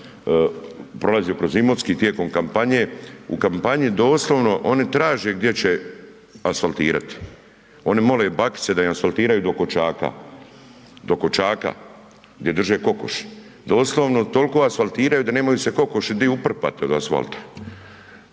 prolazio kroz Imotski tijekom kampanje, u kampanji doslovno oni traže gdje će asfaltirati, oni mole bakice da im asfaltiraju do koćaka, do koćaka gdje drže kokoši, doslovno toliko asfaltiraju da nemaju se kokoši gdje uprpat od asfalta.